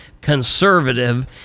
conservative